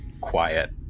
quiet